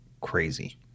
crazy